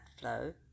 flow